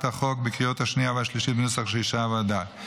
החוק בקריאה השנייה והשלישית בנוסח שאישרה הוועדה.